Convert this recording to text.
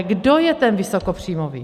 Kdo je ten vysokopříjmový?